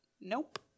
Nope